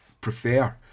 prefer